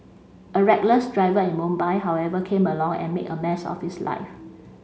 a reckless driver in Mumbai however came along and made a mess of his life